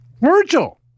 Virgil